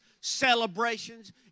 celebrations